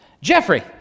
Jeffrey